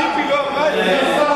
ציפי לא אמרה את זה?